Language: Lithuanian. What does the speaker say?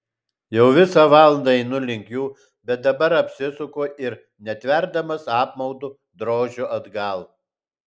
jau visą valandą einu link jų bet dabar apsisuku ir netverdamas apmaudu drožiu atgal